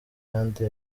kandi